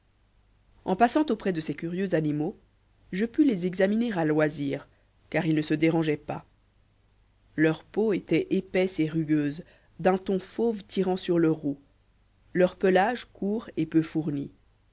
en passant auprès de ces curieux animaux je pus les examiner à loisir car ils ne se dérangeaient pas leur peau était épaisse et rugueuse d'un ton fauve tirant sur le roux leur pelage court et peu fourni